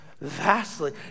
vastly